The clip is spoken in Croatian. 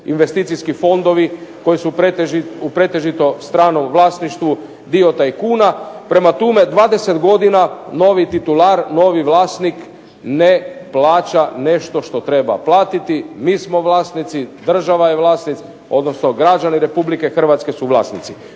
investicijski fondovi koji su u pretežito stranom vlasništvu, dio tajkuna. Prema tome, 20 godina novi titular, novi vlasnik ne plaća nešto što treba platiti. Mi smo vlasnici, država je vlasnik, odnosno građani Republike Hrvatske su vlasnici.